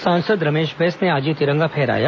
सांसद रमेश बैस ने आज यह तिरंगा फहराया